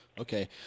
Okay